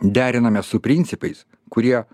deriname su principais kurie